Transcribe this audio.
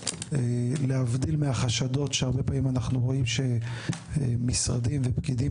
להבדיל מהחשדות שהרבה פעמים אנחנו רואים שמשרדים ופקידים